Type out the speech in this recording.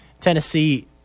Tennessee